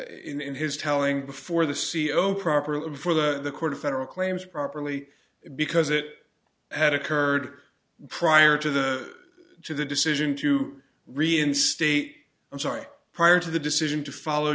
in his telling before the c e o properly for the court of federal claims properly because it had occurred prior to the to the decision to reinstate i'm sorry prior to the decision to follow